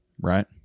right